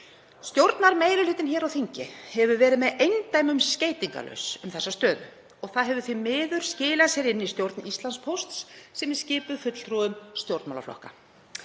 Stjórnarmeirihlutinn hér á þingi hefur verið með eindæmum skeytingarlaus um þessa stöðu og það hefur því miður skilað sér inn í stjórn Íslandspósts sem er skipuð fulltrúum stjórnmálaflokka.